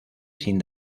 sin